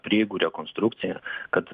prieigų rekonstrukcija kad